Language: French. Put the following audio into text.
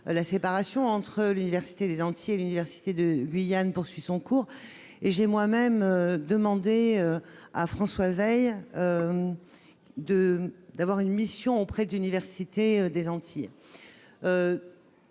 la séparation entre l'université des Antilles et l'Université de Guyane, poursuit son cours et j'ai moi-même demandé à François Weil de d'avoir une mission auprès d'université des Antilles